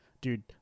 Dude